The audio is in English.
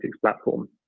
platform